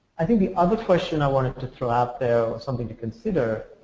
i think the other question i wanted to throw out there something to consider